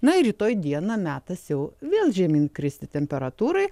na ir rytoj dieną metas jau vėl žemyn kristi temperatūrai